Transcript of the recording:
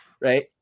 right